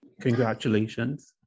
Congratulations